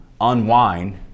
unwind